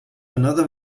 another